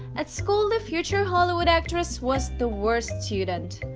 at school, the future hollywood actress was the worst student.